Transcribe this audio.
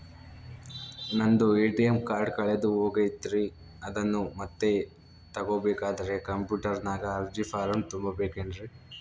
ನಂದು ATM card ಕಳೆದು ಹೋಗೈತ್ರಿ ಅದನ್ನು ಮತ್ತೆ ತಗೋಬೇಕಾದರೆ ಕಂಪ್ಯೂಟರ್ ನಾಗ ಅರ್ಜಿ ಫಾರಂ ತುಂಬಬೇಕನ್ರಿ?